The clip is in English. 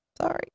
Sorry